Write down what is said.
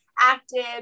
active